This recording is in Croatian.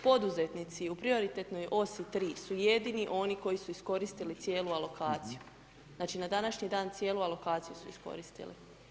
Poduzetnici u prioritetnoj osi 3 su jedini oni koji su iskoristili cijelu alokaciju, znači na današnji dan, cijelu alokaciju su iskoristili.